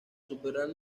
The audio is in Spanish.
superar